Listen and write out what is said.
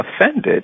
offended